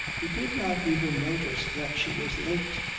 he did not even notice that she was late.